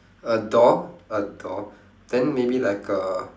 a door a door then maybe like a